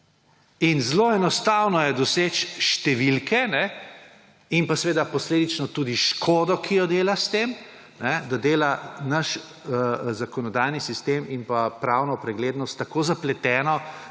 in zelo enostavno je doseči številke in pa seveda posledično tudi škodo, ki jo dela s tem, da dela naš zakonodajni sistem in pa pravno preglednost tako zapleteno,